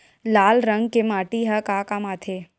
लाल रंग के माटी ह का काम आथे?